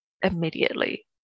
immediately